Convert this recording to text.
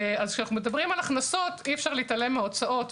כשמדברים על הכנסות אי-אפשר להתעלם מהוצאות,